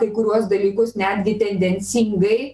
kai kuriuos dalykus netgi tendencingai